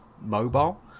mobile